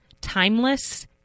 Timeless